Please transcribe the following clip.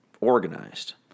organized